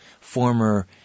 former